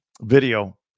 video